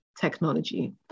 technology